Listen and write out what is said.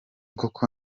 koko